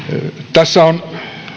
tässä on